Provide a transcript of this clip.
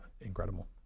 incredible